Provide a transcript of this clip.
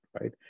right